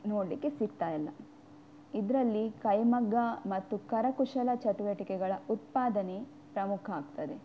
ನೋಡಲಿಕ್ಕೆ ಸಿಗ್ತಾ ಇಲ್ಲ ಇದರಲ್ಲಿ ಕೈಮಗ್ಗ ಮತ್ತು ಕರಕುಶಲ ಚಟುವಟಿಕೆಗಳ ಉತ್ಪಾದನೆ ಪ್ರಮುಖ ಆಗ್ತದೆ